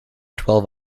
twelve